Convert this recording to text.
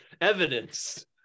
evidence